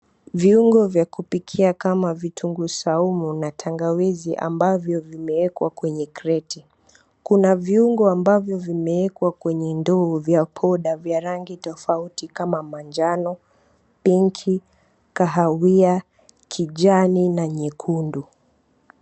Viungo vya kupikia kama kitunguu saumu na tangawizi ambavyo vimeekwa kwenye kreti kuna viungo ambavyo vimeekwa kwenye ndoo vya poda vya rangi tofauti kama manjano, pinki, kahawia, kijani na nyekundu.